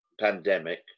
pandemic